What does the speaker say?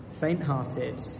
faint-hearted